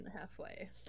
halfway